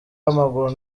w’amaguru